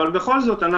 אבל בכל זאת,